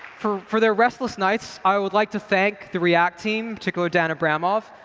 for for their restless nights, i would like to thank the react team, particularly dan abramov.